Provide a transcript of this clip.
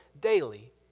daily